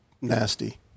nasty